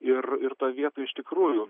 ir ir toj vietoj iš tikrųjų